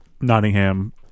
Nottingham